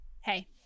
Hey